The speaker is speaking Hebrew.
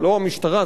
לא המשטרה,